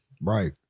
Right